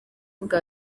ubwa